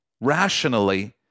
rationally